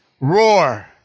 roar